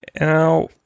Now